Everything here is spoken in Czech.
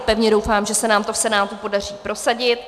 Pevně doufám, že se nám to v Senátu podaří prosadit.